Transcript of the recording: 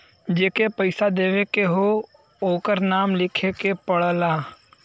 जेके पइसा देवे के हौ ओकर नाम लिखे के पड़ला